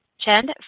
Chen